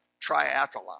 triathlon